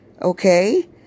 okay